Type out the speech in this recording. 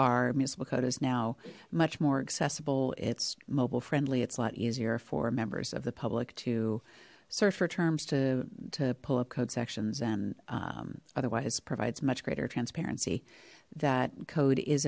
is now much more accessible it's mobile friendly it's a lot easier for members of the public to search for terms to to pull up code sections and otherwise provides much greater transparency that code is